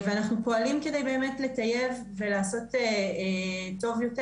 ואנחנו פועלים כדי באמת לטייב ולעשות טוב יותר,